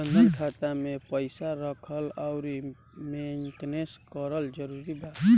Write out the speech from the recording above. जनधन खाता मे पईसा रखल आउर मेंटेन करल जरूरी बा?